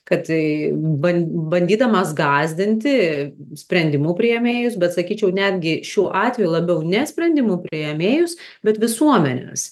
kad ban bandydamas gąsdinti sprendimų priėmėjus bet sakyčiau netgi šiuo atveju labiau ne sprendimų priėmėjus bet visuomenes